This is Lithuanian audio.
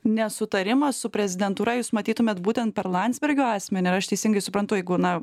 nesutarimą su prezidentūra jūs matytumėt būtent per landsbergio asmenį ar aš teisingai suprantu jeigu na